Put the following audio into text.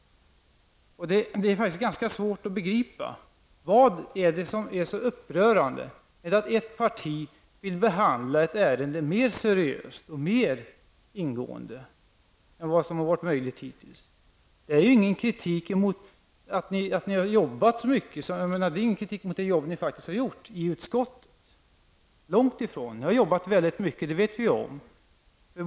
Det är svårt att begripa vad det är som är så upprörande. Är det att ett parti vill behandla ett ärende mer seriöst och mer ingående än vad som har varit möjligt hittills? Det är ingen kritik mot att ni i utskottet har arbetat så mycket och det arbete ni faktiskt har gjort i utskottet. Långtifrån! Ni har arbetat mycket, och det vet vi om.